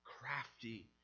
Crafty